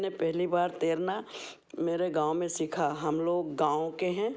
मैंने पहली बार तैरना मेरे गाँव में सीखा हम लोग गाँव के हैं